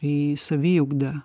į saviugdą